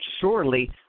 surely